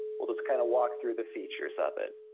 we'll just kinda walk through the features of it.